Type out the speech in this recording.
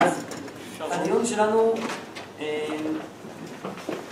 ‫אז הדיון שלנו...